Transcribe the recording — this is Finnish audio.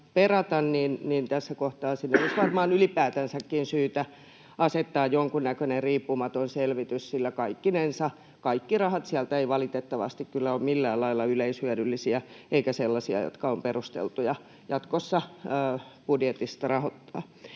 niin tässä kohtaa siitä olisi varmaan ylipäätänsäkin syytä asettaa jonkunnäköinen riippumaton selvitys, sillä kaikkinensa kaikki rahat sieltä eivät valitettavasti kyllä ole millään lailla yleishyödyllisiä eivätkä sellaisia, jotka ovat perusteltuja jatkossa budjetista rahoittaa.